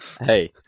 hey